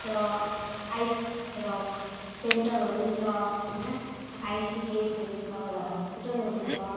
र आइस रक सेन्टरहरू पनि छ होइन आइसिडिएसहरू छ र हस्पिटलहरू छ